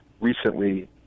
recently